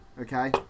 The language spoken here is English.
okay